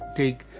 take